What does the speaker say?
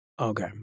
Okay